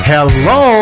Hello